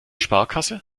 sparkasse